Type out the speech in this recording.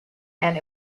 and